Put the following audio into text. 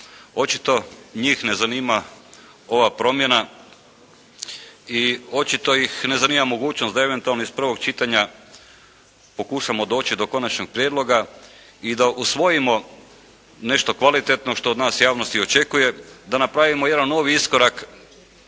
očito njih ne zanima ova promjena i očito ih ne zanima mogućnost da eventualno iz prvog čitanja pokušamo doći do konačnog prijedloga i da usvojimo nešto kvalitetno što od nas javnost i očekuje, da napravimo jedan novi iskorak